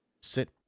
sit